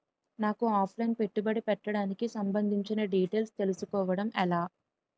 నాకు offline పెట్టుబడి పెట్టడానికి సంబందించిన డీటైల్స్ తెలుసుకోవడం ఎలా?